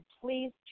please